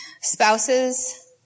Spouses